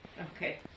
Okay